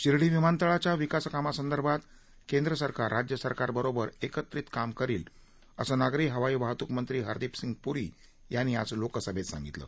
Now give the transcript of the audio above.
शिर्डी विमानतळाच्या विकासकामासंदर्भात केंद्रसरकार राज्य सरकारबरोबर एकत्रित काम करील असं नागरी हवाई वाहतूक मंत्री हरदीप सिंह पुरी यांनी आज लोकसभेत सांगितलं